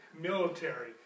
military